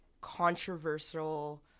controversial